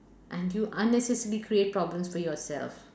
and you unnecessarily create problems for yourself